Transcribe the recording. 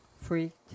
freaked